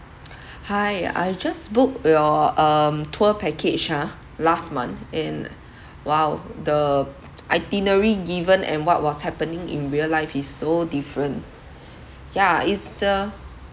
hi I just booked your um tour package ah last month and !wow! the itinerary given and what was happening in real life is so different yeah is the